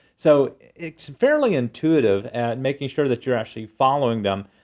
so it's fairly intuitive at making sure that you're actually following them.